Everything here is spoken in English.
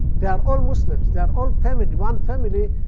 they are all muslims. they are all family, one family.